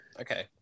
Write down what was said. okay